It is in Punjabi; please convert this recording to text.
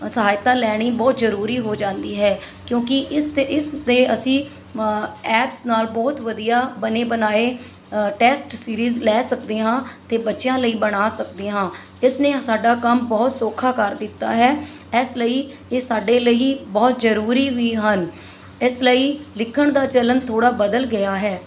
ਸਹਾਇਤਾ ਲੈਣੀ ਬਹੁਤ ਜ਼ਰੂਰੀ ਹੋ ਜਾਂਦੀ ਹੈ ਕਿਉਂਕਿ ਇਸ 'ਤੇ ਇਸ 'ਤੇ ਅਸੀਂ ਐਪਸ ਨਾਲ ਬਹੁਤ ਵਧੀਆ ਬਣੇ ਬਣਾਏ ਟੈਸਟ ਸੀਰੀਜ਼ ਲੈ ਸਕਦੇ ਹਾਂ ਅਤੇ ਬੱਚਿਆਂ ਲਈ ਬਣਾ ਸਕਦੇ ਹਾਂ ਇਸ ਨੇ ਸਾਡਾ ਕੰਮ ਬਹੁਤ ਸੌਖਾ ਕਰ ਦਿੱਤਾ ਹੈ ਇਸ ਲਈ ਇਹ ਸਾਡੇ ਲਈ ਬਹੁਤ ਜ਼ਰੂਰੀ ਵੀ ਹਨ ਇਸ ਲਈ ਲਿਖਣ ਦਾ ਚਲਨ ਥੋੜ੍ਹਾ ਬਦਲ ਗਿਆ ਹੈ